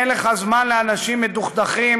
אין לך זמן לאנשים מדוכדכים,